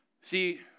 See